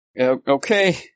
Okay